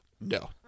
No